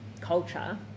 culture